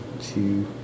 two